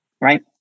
right